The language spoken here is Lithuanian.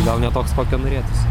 gal ne toks kokio norėtųsi